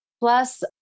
Plus